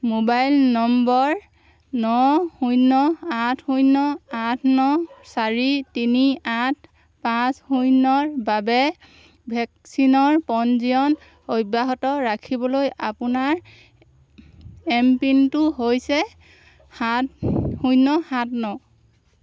mobile নম্বৰ ন শূন্য আঠ শূন্য আঠ ন চাৰি তিনি আঠ পাঁচ শূন্যৰ বাবে ভেকচিনৰ পঞ্জীয়ন অব্যাহত ৰাখিবলৈ আপোনাৰ এম পিন টো হৈছেৰ্সাত শূন্য সাত ন